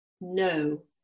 No